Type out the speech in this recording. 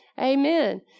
Amen